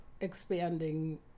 expanding